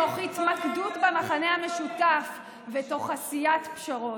כל הדתיים המסורתיים הם קיצונים.